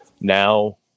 now